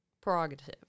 prerogative